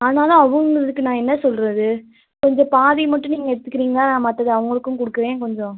ஆனாலும் அவங்களுக்கு நான் என்ன சொல்லுறது கொஞ்சம் பாதி மட்டும் நீங்கள் எடுத்துக்கிறீங்களா நான் மற்றது அவங்களுக்கும் கொடுக்குறேன் கொஞ்சம்